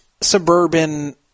suburban